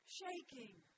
shaking